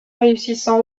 réussissant